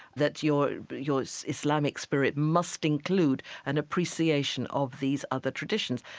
that your your so islamic spirit must include an appreciation of these other traditions.